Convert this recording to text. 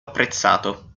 apprezzato